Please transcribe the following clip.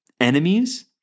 enemies